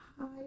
Hi